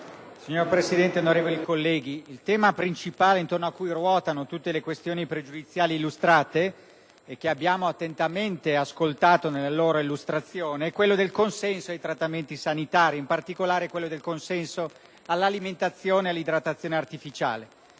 Signor Presidente, onorevoli colleghi, il tema principale attorno a cui ruotano tutte le questioni pregiudiziali - che abbiamo attentamente ascoltato nella loro illustrazione - è quello del consenso ai trattamenti sanitari ed in particolare quello del consenso all'alimentazione e all'idratazione artificiali.